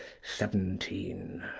seventeen.